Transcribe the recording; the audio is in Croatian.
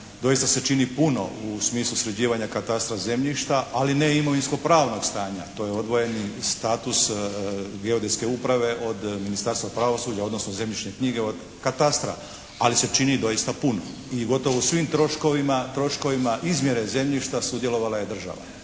doista se čini puno u smislu sređivanja katastra zemljišta, ali ne imovinsko-pravnog stanja. To je odvojeni status geodetske uprave od Ministarstva pravosuđa odnosno zemljišne knjige od katastra. Ali se čini doista puno. I gotovo u svim troškovima, troškovima izmjere zemljišta sudjelovala je država